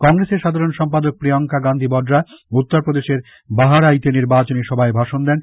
কংগ্রেসের সাধারণ সম্পাদক প্রিয়াঙ্কা গান্ধী বডরা উত্তর প্রদেশের বাহারাইতে নির্বাচনী সভায় ভাষণ দেন